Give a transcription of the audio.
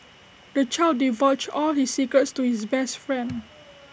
the child divulged all his secrets to his best friend